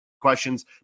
questions